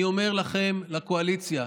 אני אומר לכם, לקואליציה: